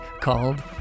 called